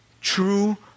True